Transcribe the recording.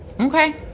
Okay